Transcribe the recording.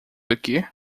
aqui